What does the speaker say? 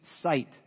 sight